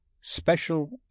special